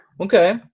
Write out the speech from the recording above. Okay